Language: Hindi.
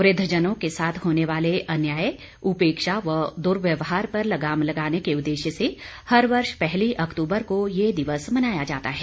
वृद्ध जनों के साथ होने वाले अन्याय उपेक्षा व दुव्यर्वहार पर लगाम लगाने के उददेश्य से हर वर्ष पहली अक्तूबर को ये दिवस मनाया जाता है